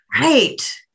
right